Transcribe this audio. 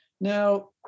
Now